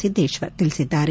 ಸಿದ್ಲೇಕ್ಷರ್ ತಿಳಿಸಿದ್ದಾರೆ